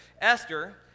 Esther